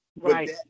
Right